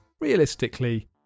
Realistically